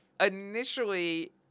initially